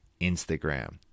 Instagram